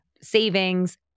savings